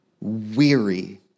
weary